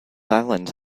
island